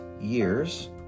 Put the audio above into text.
years